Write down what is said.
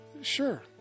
Sure